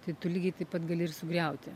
tai tu lygiai taip pat gali ir sugriauti